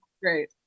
great